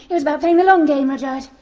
it was about playing the long game, rudyard!